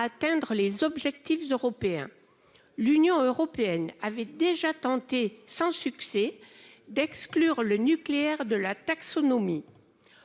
atteindre les objectifs européens. L'Union européenne avait déjà tenté sans succès d'exclure le nucléaire de sa taxonomie